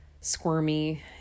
squirmy